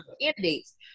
candidates